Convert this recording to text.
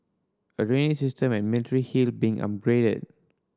a drainage system at Military Hill being upgraded